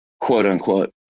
quote-unquote